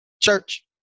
church